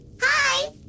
Hi